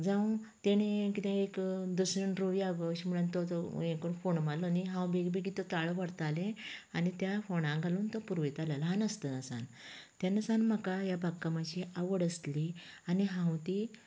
जांव तेणे एक कितें एक दशीण रोंवयां गो अशें म्हण तो एक फोन मारलो न्ही की हांव बेगीबेगीन तो ताळो व्हरताले आनी त्या फोंडांत घालून तो पुरयतालें ल्हान आसताना सावन तेन्ना सावन म्हाका ह्या बागकामाची आवड आसली आनी हांव ती